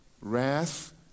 wrath